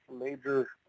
major